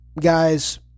guys